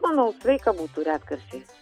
manau sveika būtų retkarčiais